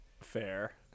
fair